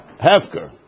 hefker